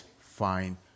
fine